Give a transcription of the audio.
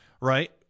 Right